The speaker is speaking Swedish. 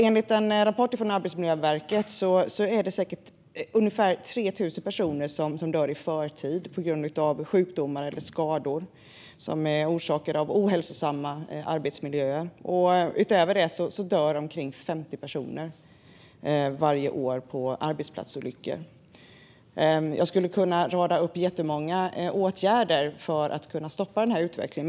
Enligt en rapport från Arbetsmiljöverket dör ungefär 3 000 personer i förtid på grund av sjukdomar eller skador som orsakats av ohälsosamma arbetsmiljöer. Utöver det dör omkring 50 personer varje år på grund av arbetsplatsolyckor. Jag skulle kunna rada upp jättemånga åtgärder för att stoppa den utvecklingen.